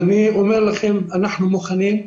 אנחנו מוכנים.